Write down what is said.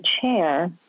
chair